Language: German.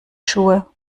schuhe